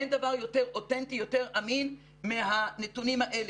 אין דבר יותר אותנטי, יותר אמין מהנתונים האלה.